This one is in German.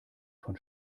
von